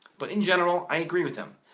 but, in general, i agree with him.